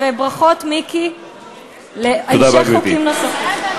ברכות, מיקי, להמשך חוקים נוספים.